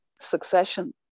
succession